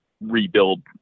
rebuild